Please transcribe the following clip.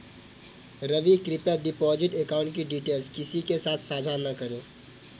रवि, कृप्या deposit account की details किसी के साथ सांझा न करें